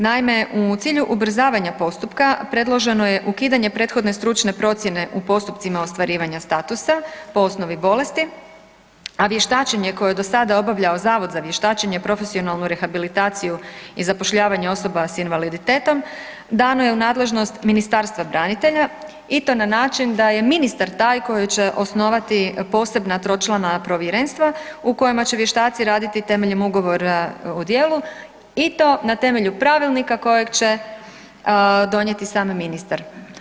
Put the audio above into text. Naime, u cilju ubrzavanja postupka predloženo je ukidanje prethodne stručne procjene u postupcima ostvarivanja statusa po osnovi bolesti, a vještačenje koje je do sada obavljao Zavod za vještačenje i profesionalnu rehabilitaciju i zapošljavanje osoba s invaliditetom dano je u nadležnost Ministarstva branitelja i to na način da je ministar taj koji će osnovati posebna tročlana povjerenstva u kojim će vještaci raditi temeljem ugovora o djelu i to na temelju pravilnika kojeg će donijeti sam ministar.